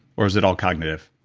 or is it all cognitive?